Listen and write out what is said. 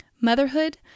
motherhood